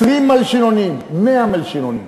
20 מלשינונים, 100 מלשינונים.